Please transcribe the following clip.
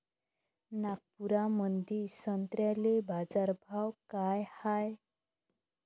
नागपुरामंदी संत्र्याले बाजारभाव काय हाय?